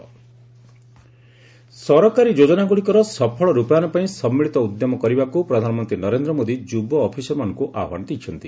PM officers ସରକାରୀ ଯୋଜନାଗୁଡ଼ିକର ସଫଳ ରୂପାୟନ ପାଇଁ ସମ୍ମିଳିତ ଉଦ୍ୟମ କରିବାକୁ ପ୍ରଧାନମନ୍ତ୍ରୀ ନରେନ୍ଦ୍ର ମୋଦୀ ଯୁବ ଅଫିସରମାନଙ୍କୁ ଆହ୍ୱାନ ଦେଇଛନ୍ତି